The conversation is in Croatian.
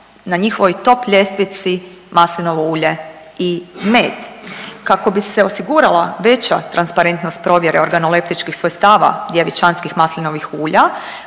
na njihovoj top ljestvici maslinovo ulje i med. Kako bi se osigurala veća transparentnost provjere organoleptičkih svojstava djevičanskih maslinovih ulja